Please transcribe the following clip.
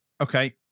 okay